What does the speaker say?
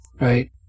right